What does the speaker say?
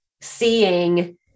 seeing